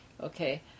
okay